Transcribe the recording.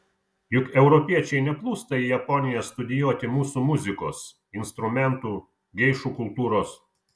juk europiečiai neplūsta į japoniją studijuoti mūsų muzikos instrumentų geišų kultūros